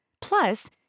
Plus